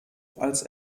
als